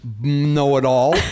Know-it-all